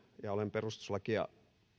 ja olen perustuslakia